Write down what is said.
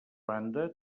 banda